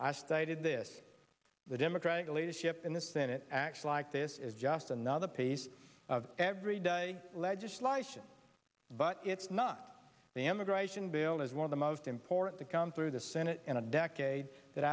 i stated this the democratic leadership in the senate actually like this is just another piece of everyday legislation but it's not the immigration bill is one of the most important to come through the senate in a decade that